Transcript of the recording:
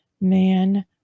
man